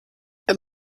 wenn